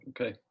Okay